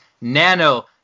Nano